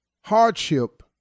hardship